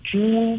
Two